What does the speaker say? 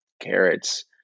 carrots